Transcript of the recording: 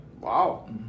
Wow